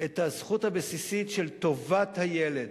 את הזכות הבסיסית של טובת הילד,